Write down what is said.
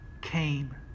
came